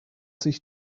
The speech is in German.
sich